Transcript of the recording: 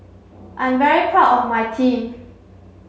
I'm very proud of my team